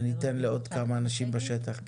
וניתן לעוד כמה אנשים מן השטח לדבר.